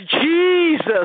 Jesus